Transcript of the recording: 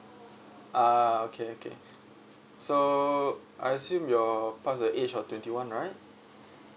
ah okay okay so I assume your past the age of twenty one right